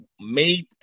made